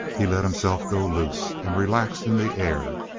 he let himself go loose and relaxed in the air,